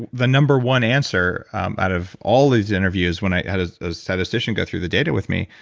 the number one answer out of all these interviews when i had a statistician go through the data with me,